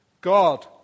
God